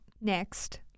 Next